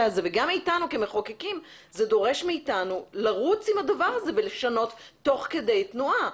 הזה גם מאתנו המחוקקים לרוץ עם הדבר הזה ולשנות תוך כדי תנועה.